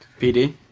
PD